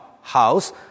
house